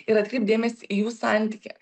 ir atkreipt dėmesį į jų santykį